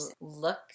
look